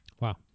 Wow